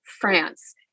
france